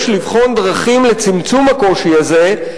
יש לבחון דרכים לצמצום הקושי הזה,